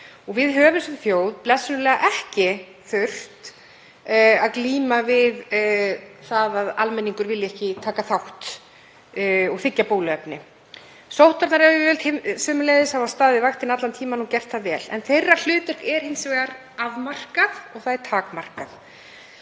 Við höfum sem þjóð blessunarlega ekki þurft að glíma við að almenningur vilji ekki taka þátt og þiggja bóluefni. Sóttvarnayfirvöld hafa sömuleiðis staðið vaktina allan tímann og gert það vel, en hlutverk þeirra er hins vegar afmarkað og takmarkað.